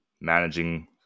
managing